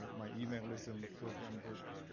um my email is in the program book.